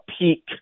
peak